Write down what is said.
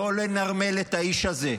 לא לנרמל את האיש הזה.